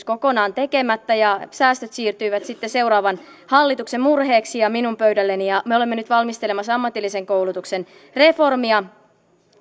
kokonaan tekemättä ja säästöt siirtyivät sitten seuraavan hallituksen murheeksi ja minun pöydälleni ja me olemme nyt valmistelemassa ammatillisen koulutuksen reformia